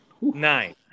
Nine